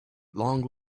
long